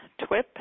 TWIP